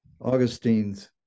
Augustine's